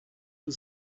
was